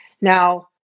Now